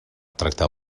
tractar